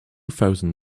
thousand